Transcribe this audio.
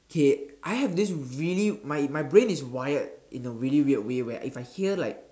okay I have this really my my brain is wired in a really weird way where if I hear like